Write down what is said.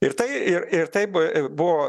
ir tai ir ir taip buvo